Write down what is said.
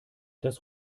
das